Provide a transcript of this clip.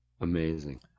Amazing